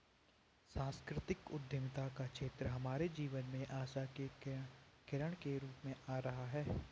सांस्कृतिक उद्यमिता का क्षेत्र हमारे जीवन में आशा की किरण के रूप में आ रहा है